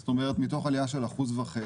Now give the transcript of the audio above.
זאת אומרת, מתוך עלייה של 1.5%,